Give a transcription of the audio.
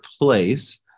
place